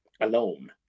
alone